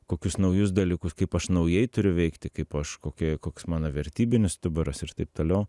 kokius naujus dalykus kaip aš naujai turiu veikti kaip aš kokia koks mano vertybinis stuburas ir taip toliau